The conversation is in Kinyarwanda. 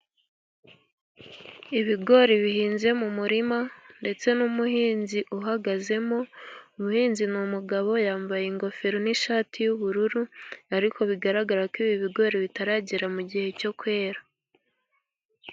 Ibigori bihinze mu murima, ndetse n'umuhinzi uhagazemo, umuhinzi ni umugabo, yambaye ingofero n'ishati y'ubururu, ariko bigaragara ko ibi bigori bitaragera mu mugihe cyo kwera.